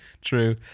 true